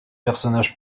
personnages